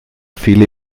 viele